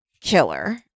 killer